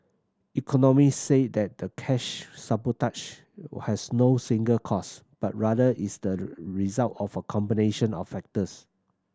economists say that the cash has no single cause but rather is the result of a combination of factors